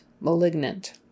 Malignant